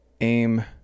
aim